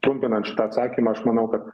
trumpinant šitą atsakymą aš manau kad